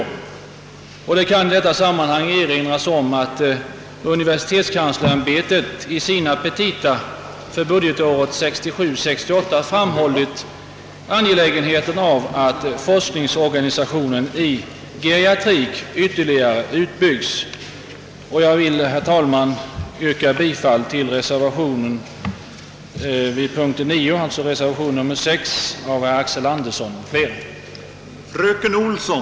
Det kan i detta sammanhang erinras om att universitetskanslersämbetet i sina petita för budgetåret 1967/ 68 framhållit angelägenheten av att forskningsorganisationen i geriatrik ytterligare utbyggs. Jag vill, herr talman, yrka bifall till reservationen vid punkt 9, alltså reservation 6 av herr Axel Andersson m.fl.